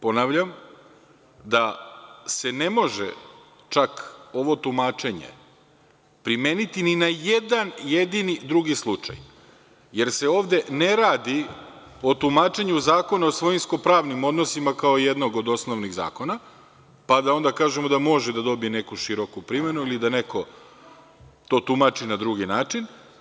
Ponavljam, ne može se ovo tumačenje primeniti ni na jedan jedini slučaj, jer se ovde ne radi o tumačenju Zakona o svojinsko-pravnim odnosima, kao jednog od osnovnih zakona, pa da onda kažemo da može da dobije neku široku primenu, da neko to tumači na drugi način.